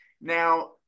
now